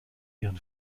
ihren